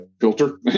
filter